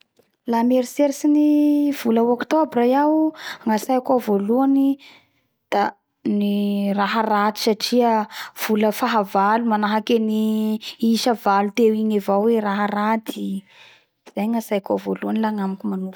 La mieritseritsy ny vola Oktobra iao o gnatsaiko ao voalohany da ny raha raty satria vola faha valo manahaky isa valo teo igny avao hoe raha raty zay gnatsaiko ao voalohany la agnamiko manoka